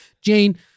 Jane